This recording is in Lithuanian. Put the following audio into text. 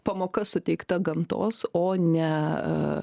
pamoka suteikta gamtos o ne